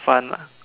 fun ah